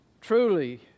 Truly